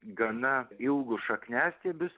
gana ilgus šakniastiebius